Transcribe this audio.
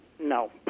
No